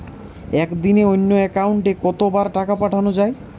একদিনে অন্য একাউন্টে কত বার টাকা পাঠানো য়ায়?